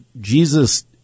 Jesus